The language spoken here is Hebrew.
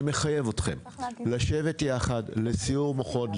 אני מחייב אתכם לשבת יחד לסיעור מוחות,